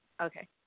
okay